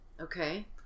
Okay